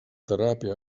teràpia